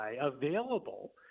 available